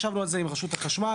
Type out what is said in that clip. ישבנו על זה עם רשות החשמל,